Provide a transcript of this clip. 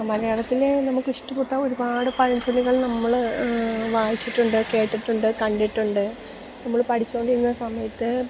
മലയാളത്തിൽ നമുക്ക് ഇഷ്ടപ്പെട്ട ഒരുപാട് പഴഞ്ചൊല്ലുകൾ നമ്മൾ വായിച്ചിട്ടുണ്ട് കേട്ടിട്ടുണ്ട് കണ്ടിട്ടുണ്ട് നമ്മൾ പഠിച്ചോണ്ടിരുന്ന സമയത്ത്